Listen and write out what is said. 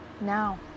Now